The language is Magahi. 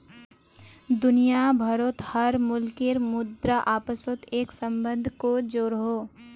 दुनिया भारोत हर मुल्केर मुद्रा अपासोत एक सम्बन्ध को जोड़ोह